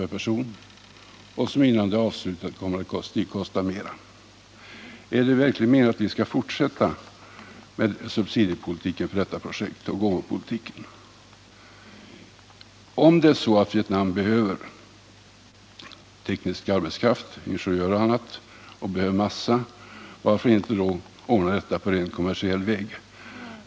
per person, och som innan det är avslutat kommer att kosta mera? Är det verkligen meningen att vi skall fortsätta med subsidieoch gåvopolitiken för detta projekt? Om Vietnam behöver en mängd teknisk arbetskraft, bl.a. ingenjörer, varför inte ordna detta på rent kommersiell väg?